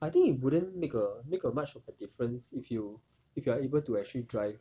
I think it wouldn't make a make a much of a difference if you if you are able to actually drive